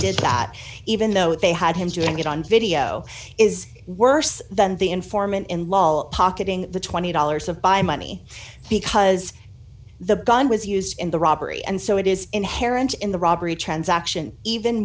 did that even though they had him doing it on video is worse than the informant in law pocketing the twenty dollars of by money because the gun was used in the robbery and so it is inherent in the robbery transaction even